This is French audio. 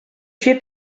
tuée